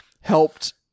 helped